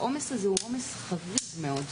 העומס הזה הוא עומס רגיש מאוד.